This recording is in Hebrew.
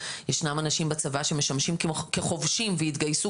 ישנם אנשים בצבא שמשמשים כחובשים והתגייסו